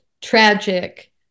tragic